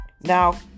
now